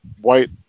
white